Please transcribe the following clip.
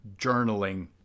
journaling